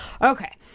Okay